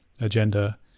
agenda